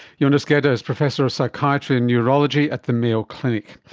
yonas geda is professor of psychiatry and neurology at the mayo clinic.